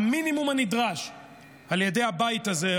המינימום הנדרש על ידי הבית הזה,